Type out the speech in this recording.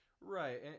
right